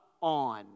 on